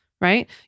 right